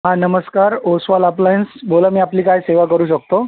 हां नमस्कार ओसवाल अप्लायन्स बोला मी आपली काय सेवा करू शकतो